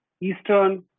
Eastern